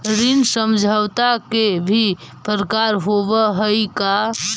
ऋण समझौता के भी प्रकार होवऽ हइ का?